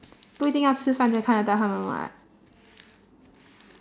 不一定要吃饭才看得到他们 [what]